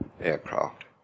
aircraft